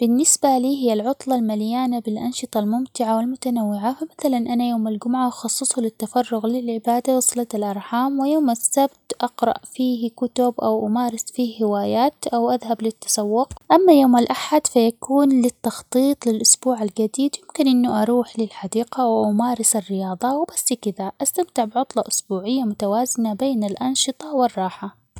بالنسبة لي هي العطلة المليانة بالأنشطة الممتعة ،والمتنوعة فمثلا أنا يوم الجمعة أخصصه للتفرغ للعبادة وصلة الأرحام ،ويوم السبت أقرأ فيه كتب ،أو أمارس فيه هوايات ،أو أذهب للتسوق أما يوم الأحد فيكون للتخطيط للأسبوع الجديد ،يمكن إنه اروح للحديقة ،وأمارس الرياضة ،وبس كذا استمتع بعطلة اسبوعية متوازنة بين الأنشطة والراحة.